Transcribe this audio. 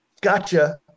gotcha